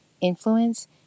influence